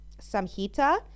Samhita